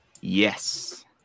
Yes